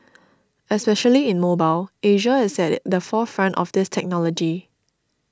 especially in mobile Asia is at the forefront of this technology